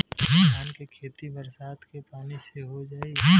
धान के खेती बरसात के पानी से हो जाई?